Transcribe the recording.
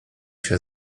się